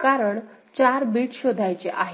कारण चार बिट शोधायचे आहे